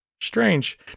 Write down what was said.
Strange